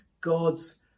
God's